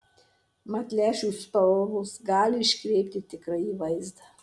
mat lęšių spalvos gali iškreipti tikrąjį vaizdą